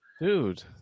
Dude